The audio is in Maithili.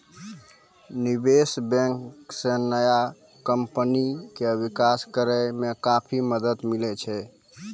निबेश बेंक से नया कमपनी के बिकास करेय मे काफी मदद मिले छै